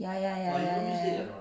ya ya ya ya ya